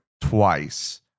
twice